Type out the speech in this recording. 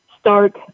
start